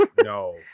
no